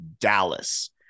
Dallas